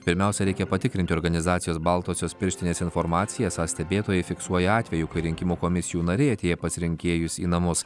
pirmiausia reikia patikrinti organizacijos baltosios pirštinės informaciją esą stebėtojai fiksuoja atvejų kai rinkimų komisijų nariai atėję pas rinkėjus į namus